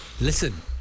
Listen